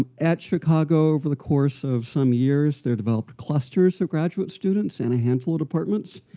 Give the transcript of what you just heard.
um at chicago, over the course of some years, there developed clusters of graduate students and a handful of departments.